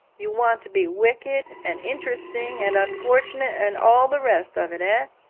you want to be wicked, and interesting, and unfortunate, and all the rest of it, ah?